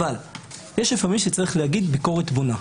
אבל יש לפעמים שצריך להגיד ביקורת בונה.